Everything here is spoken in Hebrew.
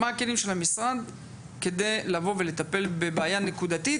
מה הכלים של המשרד כדי לבוא ולטפל בבעיה נקודתית?